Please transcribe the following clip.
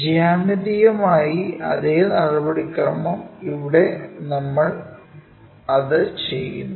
ജ്യാമിതീയമായി അതേ നടപടിക്രമം ഇവിടെ നമ്മൾ അത് ചെയ്യുന്നു